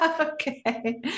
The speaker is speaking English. Okay